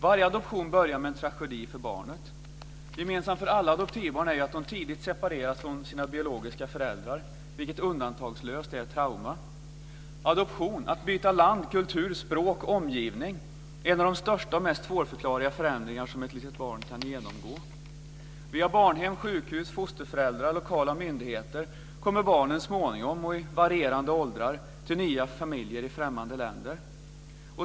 Varje adoption börjar med en tragedi för barnet. Gemensamt för alla adoptivbarn är ju att de tidigt separeras från sina biologiska föräldrar, vilket undantagslöst är ett trauma. Adoption - att byta land, kultur, språk och omgivning - är en av de största och mest svårförklarliga förändringar som ett litet barn kan genomgå. Via barnhem, sjukhus, fosterföräldrar och lokala myndigheter kommer barnen så småningom och i varierande åldrar till nya familjer i främmande länder.